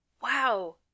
Wow